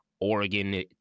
Oregon